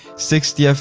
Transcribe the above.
sixty fps,